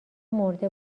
مرده